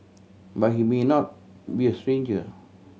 but he may not be a stranger